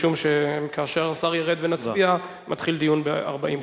משום שכאשר השר ירד ונצביע מתחיל דיון ב-40 חתימות.